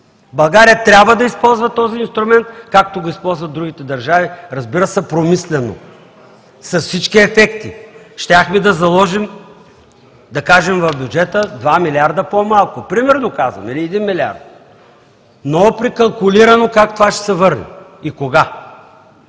България трябва да използва този инструмент, както го използват другите държави, разбира се, промислено, с всички ефекти. Щяхме да заложим в бюджета, да кажем, 2 млрд. лв. по-малко – примерно казано, или 1 млрд. лв., но при калкулиране как това ще се върне и кога!